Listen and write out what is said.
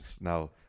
Now